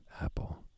apple